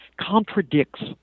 contradicts